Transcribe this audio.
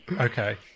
Okay